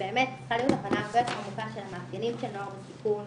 באמת צריכה להיות הבנה הרבה יותר עמוקה של המאפיינים של נוער בסיכון,